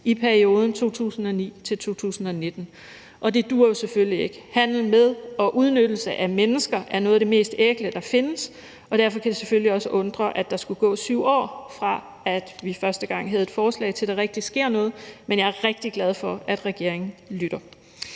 i perioden 2009-2019, og det duer jo selvfølgelig ikke. Handel med og udnyttelse af mennesker er noget af det mest ækle, der findes, og derfor kan det selvfølgelig også undre, at der skulle gå 7 år, fra vi første gang havde et forslag, til der rigtig sker noget, men jeg er rigtig glad for, at regeringen lytter.